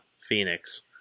phoenix